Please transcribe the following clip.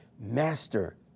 Master